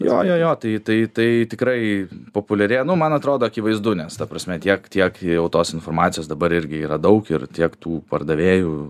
jo jo jo tai tai tai tikrai populiarėja man atrodo akivaizdu nes ta prasme tiek tiek jau tos informacijos dabar irgi yra daug ir tiek tų pardavėjų